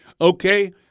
okay